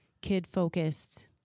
kid-focused